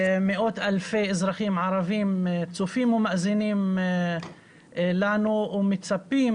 מאות אלפי אזרחים ערבים צופים ומאזינים לנו ומצפים